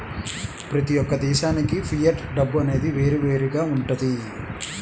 ప్రతి యొక్క దేశానికి ఫియట్ డబ్బు అనేది వేరువేరుగా వుంటది